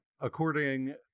according